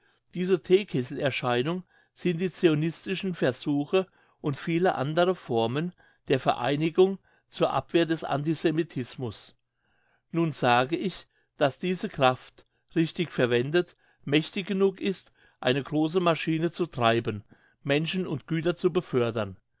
diese theekesselerscheinung sind die zionistischen versuche und viele andere formen der vereinigung zur abwehr des antisemitismus nun sage ich dass diese kraft richtig verwendet mächtig genug ist eine grosse maschine zu treiben menschen und güter zu befördern